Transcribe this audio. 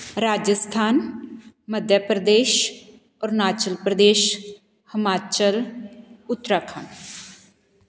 Rajasthan Madhya Pradesh Arunachal Pradesh Himachal Uttarakhand